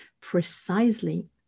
precisely